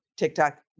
TikTok